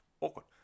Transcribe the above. awkward